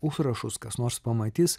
užrašus kas nors pamatys